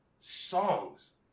songs